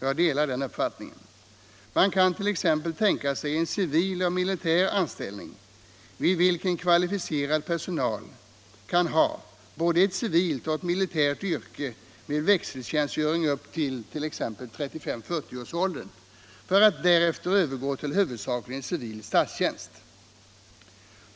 Jag delar den uppfattningen. Man kant.ex. tänka sig en civil och militär anställning, vid vilken kvalificerad personal kan ha både ett civilt och ett militärt yrke med växeltjänstgöring upp till t.ex. 35—40-årsåldern för att därefter övergå till huvudsakligen civil statstjänst.